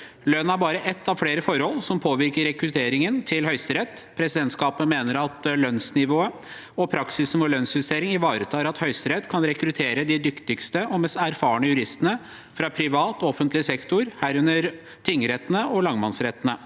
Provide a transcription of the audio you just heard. Lønn er bare ett av flere forhold som påvirker rekrutteringen til Høyesterett. Presidentskapet mener at lønnsnivået og praksisen med å lønnsjustere ivaretar at Høyesterett kan rekruttere de dyktigste og mest erfarne juristene fra privat og offentlig sektor, herunder tingrettene og lagmannsrettene.